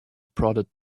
prodded